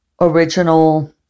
original